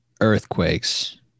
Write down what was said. earthquakes